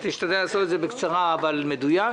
תשתדל לעשות את זה בקצרה אבל מדויק.